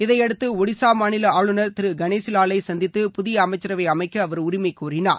இதையடுத்து ஒடிசா மாநில ஆளுநர் திரு கணேஷிலாலை சந்தித்து புதிய அமைச்சரவை அமைக்க அவர் உரிமைகோரினார்